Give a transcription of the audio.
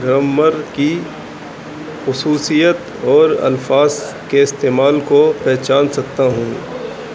grammar کی خصوصیت اور الفاظ کے استعمال کو پہچان سکتا ہوں